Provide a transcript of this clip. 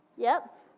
yep.